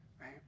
Right